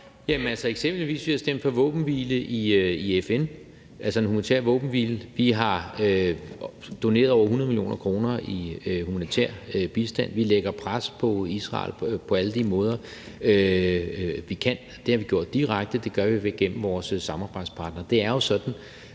eksempelvis stemt for en våbenhvile i FN, altså en humanitær våbenhvile. Vi har doneret over 100 mio. kr. i humanitær bistand. Vi lægger pres på Israel på alle de måder, vi kan. Det har vi gjort direkte, og det gør vi gennem vores samarbejdspartnere.